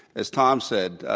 as tom said,